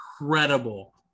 incredible